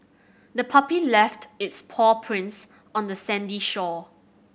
the puppy left its paw prints on the sandy shore